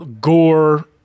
gore